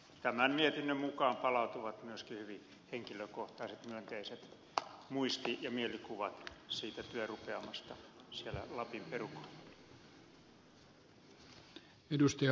tämän mietinnön mukana palautuvat myöskin hyvin henkilökohtaiset myönteiset muisti ja mielikuvat siitä työrupeamasta siellä lapin perukoilla